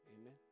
Amen